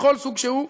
בכל סוג שהוא,